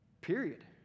period